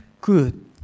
good